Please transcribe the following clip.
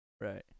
Right